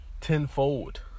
tenfold